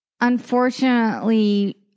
unfortunately